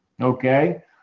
Okay